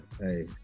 Hey